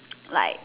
like